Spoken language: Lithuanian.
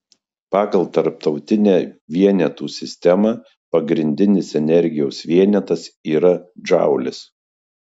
pagal tarptautinę vienetų sistemą pagrindinis energijos vienetas yra džaulis